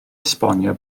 esbonio